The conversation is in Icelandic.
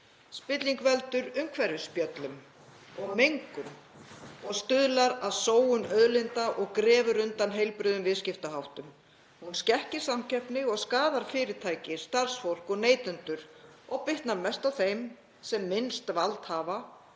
Spilling veldur umhverfisspjöllum og mengun, stuðlar að sóun auðlinda og grefur undan heilbrigðum viðskiptaháttum. Hún skekkir samkeppni og skaðar fyrirtæki, starfsfólk og neytendur og bitnar mest á þeim sem minnst vald hafa